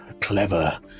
Clever